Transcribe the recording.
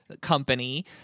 company